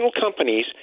companies